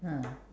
ah